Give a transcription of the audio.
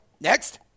Next